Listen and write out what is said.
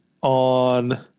on